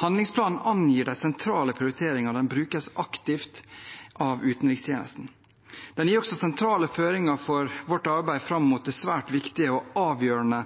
Handlingsplanen angir de sentrale prioriteringene, og den brukes aktivt av utenrikstjenesten. Den gir også sentrale føringer for vårt arbeid fram mot det